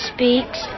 Speaks